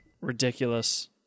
ridiculous